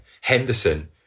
Henderson